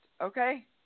Okay